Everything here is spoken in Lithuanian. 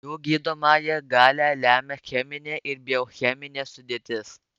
jų gydomąją galią lemia cheminė ir biocheminė sudėtis